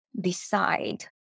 decide